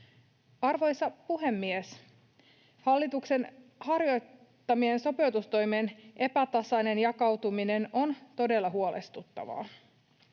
Arvoisa puhemies! Hallituksen harjoittamien sopeutustoimien epätasainen jakautuminen on todella huolestuttavaa.